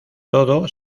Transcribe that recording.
todo